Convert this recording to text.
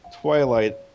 Twilight